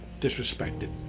disrespected